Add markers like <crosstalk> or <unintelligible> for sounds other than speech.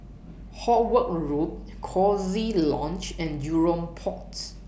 Howard Road Coziee Lodge and Jurong Port <unintelligible>